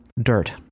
dirt—